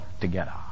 together